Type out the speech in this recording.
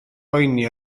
boeni